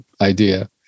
idea